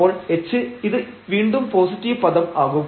അപ്പോൾ h ഇത് വീണ്ടും പോസിറ്റീവ് പദം ആകും